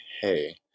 hey